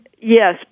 Yes